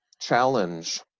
challenge